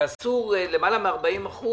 עשו הפחתה של למעלה מ-40%